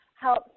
help